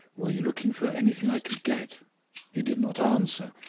were you looking for anything i could get he did not answer,